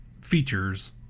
features